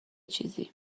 چیزی